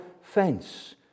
fence